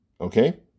okay